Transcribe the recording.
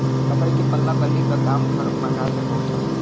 लकड़ी के पल्ला बल्ली क काम घर मकान में बहुत होला